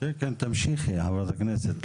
כל פעם מציגים לנו איזה משהו ואנחנו לא